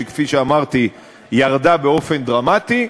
שכפי שאמרתי ירדה באופן דרמטי,